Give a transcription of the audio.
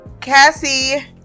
Cassie